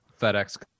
FedEx